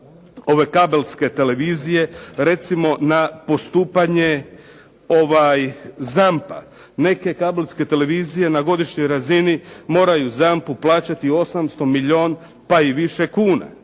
ove kabelske televizije recimo na postupanje ZAMP-a. Neke kabelske televizije na godišnjoj razini moraju ZAMP-u plaćati 800, milijun pa i više kuna.